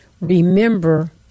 Remember